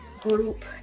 group